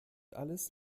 alles